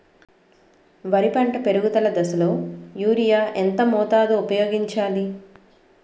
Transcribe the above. వరి పంట పెరుగుదల దశలో యూరియా ఎంత మోతాదు ఊపయోగించాలి?